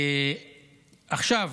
עכשיו